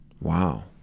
Wow